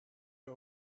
her